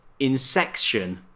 Insection